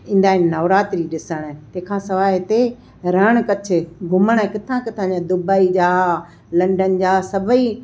ईंदा आहिनि नवरात्री ॾिसणु तंहिंखां सवाइ हिते रण कच्छ घुमण किथां किथां जा दुबई जा लंडन जा सभई